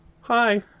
hi